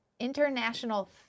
International